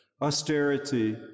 austerity